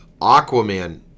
Aquaman